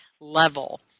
level